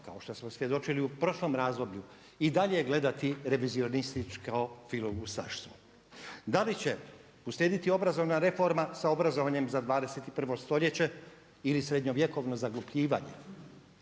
kao što smo svjedočili u prošlom razdoblju i dalje gledati revizionističko filoustaštvo. Da li će uslijediti obrazovna reforma sa obrazovanje za 21. stoljeće ili srednjovjekovno zaglupljivanje?